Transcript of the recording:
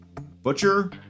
butcher